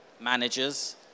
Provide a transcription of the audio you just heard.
managers